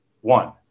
one